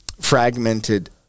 fragmented